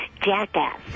jackass